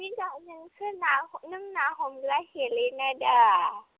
नोंसोर दा नोंसोर ना नों ना हमग्रा हेलेना दा